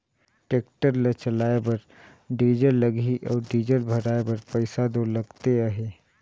tractor ल चलाए बर डीजल लगही अउ डीजल भराए बर पइसा दो लगते अहे